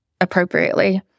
appropriately